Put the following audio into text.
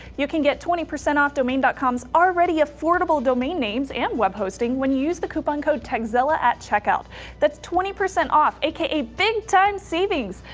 you can get twenty percent percent off domain but com's already affordable domain names and web hosting when use the coupon code, tekzilla at checkout that's twenty percent off aka big time savings!